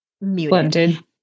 muted